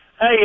Hey